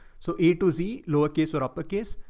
so a to z lowercase or uppercase,